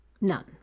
None